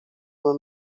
uma